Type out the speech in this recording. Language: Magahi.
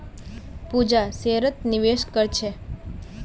पूजा शेयरत निवेश कर छे